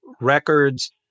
records